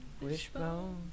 Wishbone